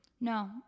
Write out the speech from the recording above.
No